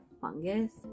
fungus